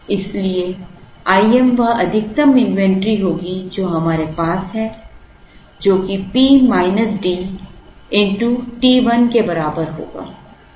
इसलिए Im वह अधिकतम इन्वेंटरी होगी जो हमारे पास है जो कि t 1 के बराबर होगा